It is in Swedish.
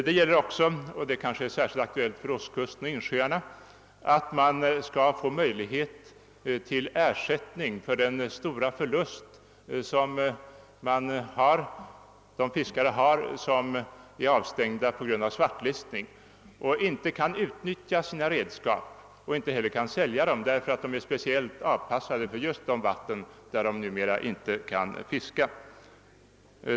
Det gäller också, och det är kanske särskilt aktuellt för ostkusten och insjöarna, möjligheten att få ersättning för den stora förlust som drabbar de fiskare som avstängts på grund av svartlistningen och som inte kan utnyttja sina redskap och inte heller kan sälja dem, eftersom de är speciellt avpassade för just de vatten där det numera inte går att fiska.